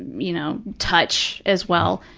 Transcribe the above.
you know, touch as well.